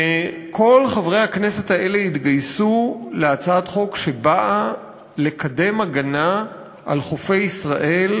וכל חברי הכנסת האלה התגייסו להצעת חוק שבאה לקדם הגנה על חופי ישראל,